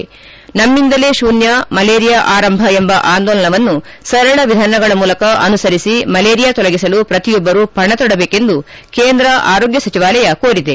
ನಮ್ಮಿಂದಲೇ ಶೂನ್ದ ಮಲೇರಿಯಾ ಆರಂಭ ಎಂಬ ಆಂದೋಲನವನ್ನು ಸರಳ ವಿಧಾನಗಳ ಮೂಲಕ ಅನುಸರಿಸಿ ಮಲೇರಿಯಾ ತೊಲಗಿಸಲು ಪ್ರತಿಯೊಬ್ಬರು ಪಣ ತೊಡಬೇಕೆಂದು ಕೇಂದ್ರ ಆರೋಗ್ಣ ಸಚಿವಾಲಯ ಕೋರಿದೆ